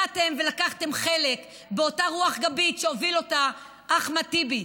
באתם ולקחתם חלק באותה רוח גבית שהוביל אחמד טיבי,